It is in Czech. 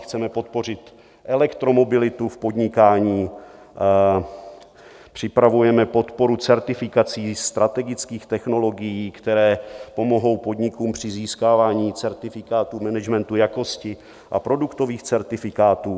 Chceme podpořit elektromobilitu v podnikání, připravujeme podporu certifikací, strategických technologií, které pomohou podnikům při získávání certifikátu managementu jakosti a produktových certifikátů.